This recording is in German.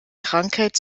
krankheit